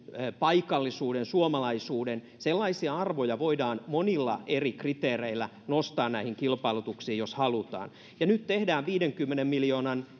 paikallisuuden suomalaisuuden sellaisia arvoja voidaan monilla eri kriteereillä nostaa näihin kilpailutuksiin jos halutaan ja nyt tehdään viidenkymmenen miljoonan